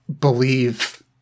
believe